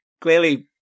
Clearly